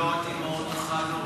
נפגעות האימהות החד-הוריות,